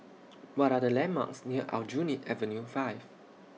What Are The landmarks near Aljunied Avenue five